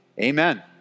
Amen